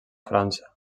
frança